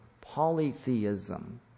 polytheism